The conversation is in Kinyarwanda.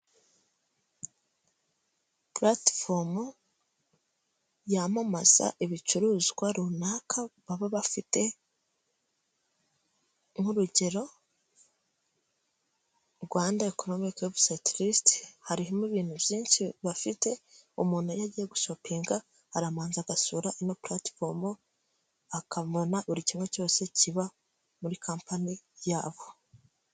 Puratifomu yamamaza ibicuruzwa runaka baba bafite nk'urugero Rwanda economike webusiyite risite harimo ibintu byinshi bafite, umuntu iyo agiye gushopinga aramanza agasura ino puratifomu akabona buri kimwe cyose kiba muri kampani yabo.